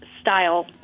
style